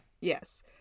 yes